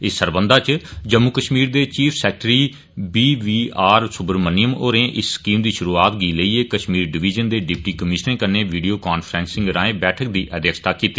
इस सरबंघा इच जम्मू कश्मीर दे chief secretary B V R Subrahmanyam होरे इस स्कीम दी शुरूआत गी लेइयै कश्मीर डिविजन दे डिप्टी कमीश्नरें कन्नै वीडियो काफ्रैंसिंग राए बैठक दी अध्यक्षता कीती